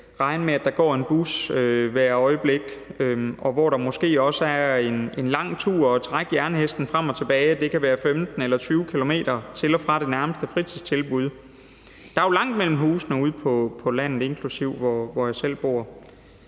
ikke kan regne med, at der går en bus hvert øjeblik, og hvor turen på jernhesten frem og tilbage måske også er lang. Der kan være 15 eller 20 km til og fra det nærmeste fritidstilbud. Der er jo langt mellem husene ude på landet, inklusive der, hvor jeg selv bor.